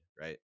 right